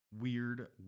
Weird